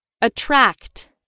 attract